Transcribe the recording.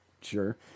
Sure